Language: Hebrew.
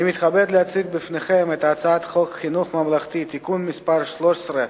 אני מתכבד להציג בפניכם את הצעת חוק חינוך ממלכתי (תיקון מס' 13),